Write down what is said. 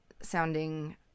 sounding